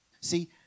See